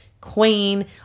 queen